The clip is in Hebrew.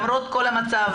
למרות כל המצב,